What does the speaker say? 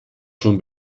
schon